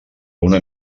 una